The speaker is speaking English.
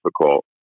difficult